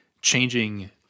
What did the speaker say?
Changing